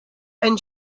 and